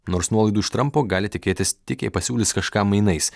nors nuolaidų iš trampo gali tikėtis tik jei pasiūlys kažką mainais